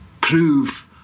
prove